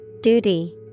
Duty